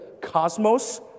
cosmos